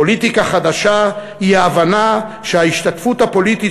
פוליטיקה חדשה היא ההבנה שהשתתפות הפוליטית